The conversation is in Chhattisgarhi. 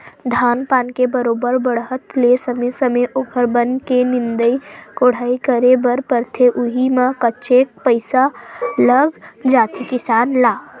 धान पान के बरोबर बाड़हत ले समे समे ओखर बन के निंदई कोड़ई करे बर परथे उहीं म काहेच पइसा लग जाथे किसान ल